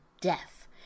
death